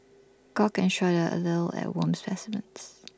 gawk and shudder A little at worm specimens